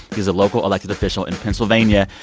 he's a local elected official in pennsylvania,